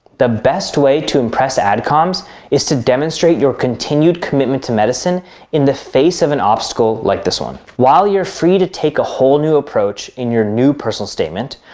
the best way to impress adcoms is to demonstrate your continued commitment to medicine in the face of an obstacle like this one. while you're free to take a whole new approach in your new personal statement,